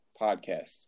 podcast